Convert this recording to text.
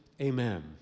amen